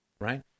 right